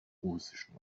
russischen